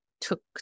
took